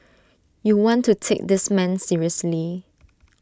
you want to take this man seriously